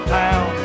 town